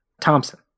Thompson